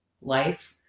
life